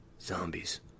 Zombies